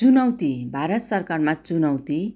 चुनौती भारत सरकारमा चुनौती